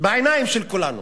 בעיניים של כולנו.